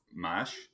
MASH